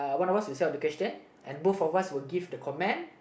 one of us will say out the question and both of us will give the comment